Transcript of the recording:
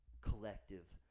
collective